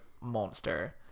monster